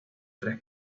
tres